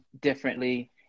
differently